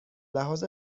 لحاظ